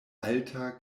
alta